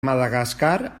madagascar